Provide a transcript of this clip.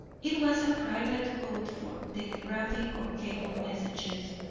it was a private code for telegraphic or cable messages,